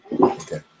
Okay